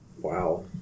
Wow